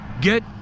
get